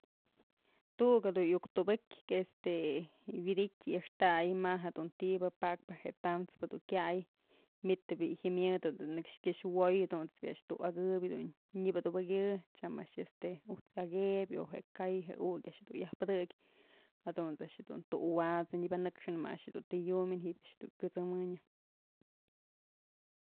Tu'uk dun yuk tubëkyë wi'idtyë a'axtay ma'a jedun ti'ibë päkpë tam'spë dun kyay myd bi'i jyëmyëd dun nëkx kyëx wo'oy jadunt's bi'i a'ax tu'u akëbyëdun nyëbadubëkyë tyam a'ax este ujt's akëbyë o je'e ka'ay je'e ukyë a'ax du'u yaj pedëkyë jadunt's a'ax jedun tu'u wat's nye banëkxënë ma'a a'ax jedun të yumyën ji'ib a'ax jedun kyut'sëmënyë.